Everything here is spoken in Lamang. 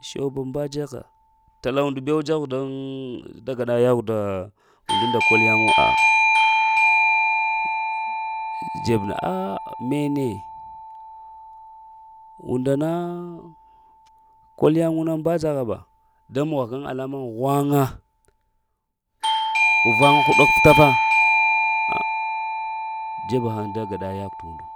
Shew ba mba dzaha, tala und bew dzaha dan da gana yaugh t undu nda kol yaŋu?? Dzeb na a mene unda na kul yaŋu na mba dzaha ba ɗa mog haŋ alla man hwaŋa, hwaŋa pəɗ hutafa a dzeb haŋ da gaɗa yaghwe tꞌ undu